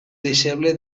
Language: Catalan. deixeble